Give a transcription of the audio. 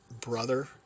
brother